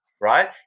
right